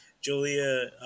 Julia